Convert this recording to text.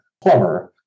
plumber